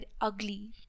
ugly